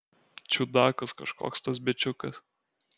čiudakas kažkoks tas bičiukas